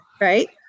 right